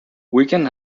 wigan